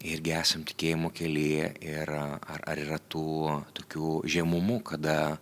irgi esam tikėjimo kelyje ir ar ar yra tų tokių žemumų kada